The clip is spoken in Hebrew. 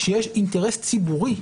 שיש אינטרס ציבורי,